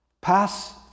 Pass